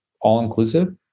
all-inclusive